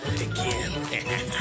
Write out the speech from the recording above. again